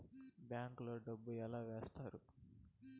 bank లో డబ్బులు ఎలా వేస్తారు